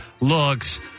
looks